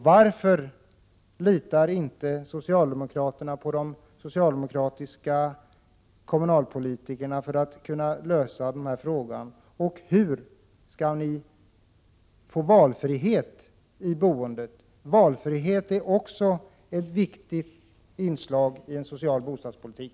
Varför litar inte socialdemokraterna på att de socialdemokratiska kommunalpolitikerna skall kunna lösa den här frågan, och hur skall ni kunna åstadkomma valfrihet i boendet? Valfrihet är också ett viktigt inslag i en social bostadspolitik.